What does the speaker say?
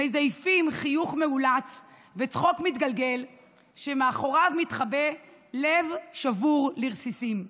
מזייפים חיוך מאולץ וצחוק מתגלגל שמאחוריו מתחבא לב שבור לרסיסים.